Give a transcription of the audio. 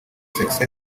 sexy